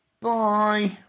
Bye